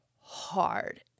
hard